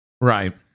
Right